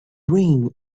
reign